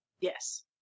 Yes